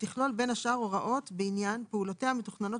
שתכלול בין השאר הוראות בעניין פעולותיה המתוכננות